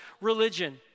religion